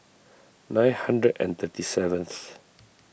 nine hundred and thirty seventh